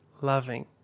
loving